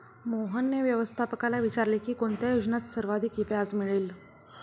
मोहनने व्यवस्थापकाला विचारले की कोणत्या योजनेत सर्वाधिक व्याज मिळेल?